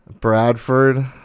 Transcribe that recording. Bradford